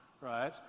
right